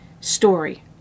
story